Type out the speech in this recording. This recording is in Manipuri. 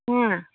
ꯑꯥ